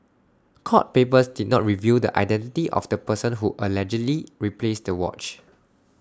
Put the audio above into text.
court papers did not reveal the identity of the person who allegedly replaced the watch